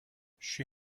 she